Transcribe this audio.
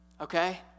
okay